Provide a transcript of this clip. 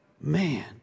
Man